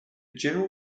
general